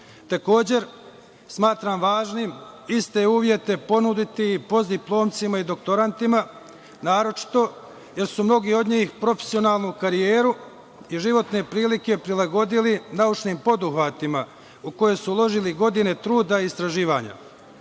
Takođe smatram važnim iste uvete ponuditi i postdiplomcima i doktorantima, naročito jer su mnogi od njih profesionalnu karijeru i životne prilike prilagodili naučnim poduhvatima u koje su uložili godine truda i istraživanja.